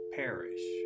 perish